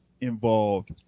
involved